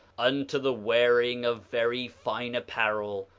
unto the wearing of very fine apparel,